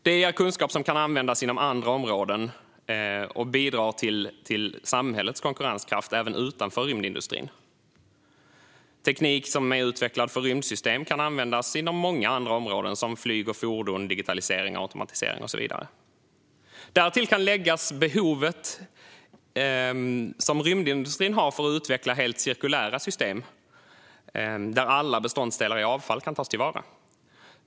Detta ger kunskap som också kan användas inom andra områden och bidrar till samhällets konkurrenskraft även utanför rymdindustrin. Teknik utvecklad för rymdsystem kan användas inom många andra områden, till exempel flyg och fordonsindustrin, digitalisering, automatisering och så vidare. Därtill kan läggas rymdindustrins behov av att utveckla helt cirkulära system där alla beståndsdelar i avfall tas till vara.